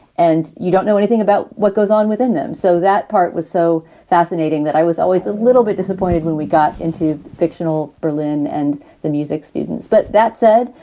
and you don't know anything about what goes on within them. so that part was so fascinating that i was always a little bit disappointed when we got into fictional berlin and the music students. but that said,